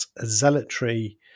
zealotry